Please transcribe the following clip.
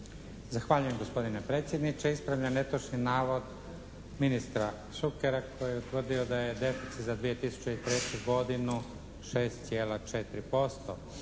Zahvaljujem gospodine predsjedniče. Ispravljam netočni navod ministra Šukera koji je utvrdio da je deficit za 2003. godinu 6,4%.